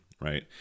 right